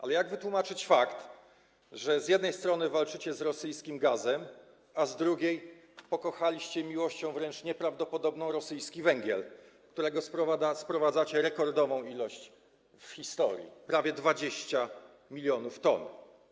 Ale jak można wytłumaczyć fakt, że z jednej strony walczycie z rosyjskim gazem, a z drugiej pokochaliście miłością wręcz nieprawdopodobną rosyjski węgiel, którego sprowadzacie rekordową ilość w historii, prawie 20 mln t.